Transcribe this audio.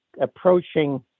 approaching